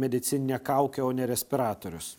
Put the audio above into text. medicininė kaukė o ne respiratorius